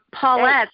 Paulette